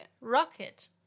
Rocket